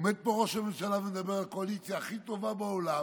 עומד פה ראש הממשלה ומדבר על הקואליציה הכי טובה בעולם,